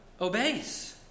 obeys